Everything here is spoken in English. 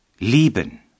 Lieben